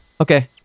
okay